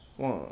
One